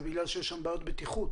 זה בגלל שיש שם בעיות בטיחות.